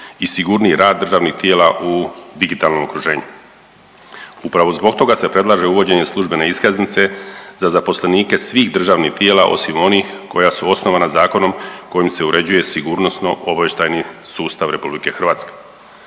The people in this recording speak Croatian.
i sigurniji rad državnih tijela u digitalnom okruženju. Upravo zbog toga se predlaže uvođenje službene iskaznice za zaposlenike svih državnih tijela osim onih koja su osnovana zakonom kojim se uređuje Sigurnosno obavještajni sustav RH.